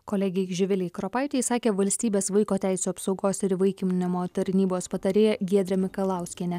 kolegei živilei kropaitei sakė valstybės vaiko teisių apsaugos ir įvaikinimo tarnybos patarėja giedrė mikalauskienė